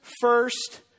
first